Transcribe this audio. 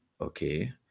Okay